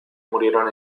murieron